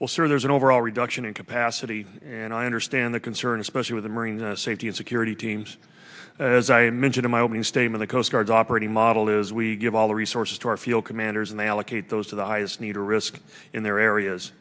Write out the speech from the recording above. well sir there's an overall reduction in capacity and i understand the concern especially with the marines safety and security teams as i mentioned in my opening statement the coast guard operating model is we give all the resources to our field commanders and they allocate those to the highest need a risk in their